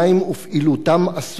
ופעילותם אסורה,